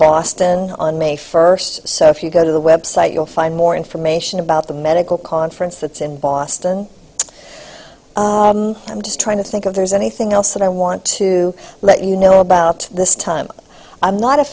boston on may first so if you go to the website you'll find more information about the medical conference that's in boston i'm just trying to think of there's anything else that i want to let you know about this time i'm not a